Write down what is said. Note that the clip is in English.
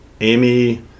Amy